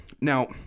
Now